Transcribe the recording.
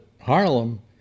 Harlem